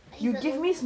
but it's a only